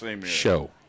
show